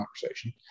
conversation